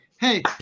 hey